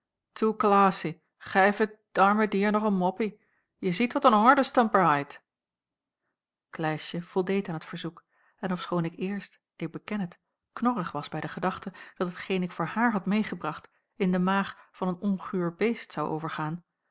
toe klaassie geif het arme dier nog een moppie je ziet wat n honger de stumpert hait klaasje voldeed aan het verzoek en ofschoon ik eerst ik beken het knorrig was bij de gedachte dat hetgeen ik voor haar had meêgebracht in den maag van een onguur beest zou overgaan